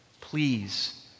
Please